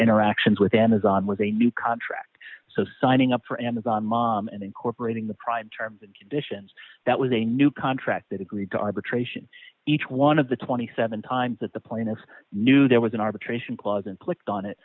interactions with amazon was a new contract so signing up for amazon mom and incorporating the prime terms and conditions that was a new contract that agreed to arbitration each one of the twenty seven dollars times that the plaintiff knew there was an arbitration clause and clicked on it